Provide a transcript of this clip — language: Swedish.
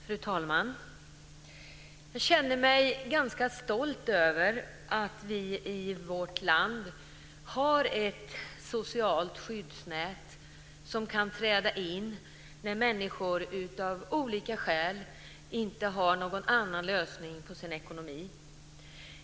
Fru talman! Jag känner mig ganska stolt över att vi i vårt land har ett socialt skyddsnät som kan träda in när människor av olika skäl inte har någon annan lösning på sin ekonomi.